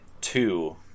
two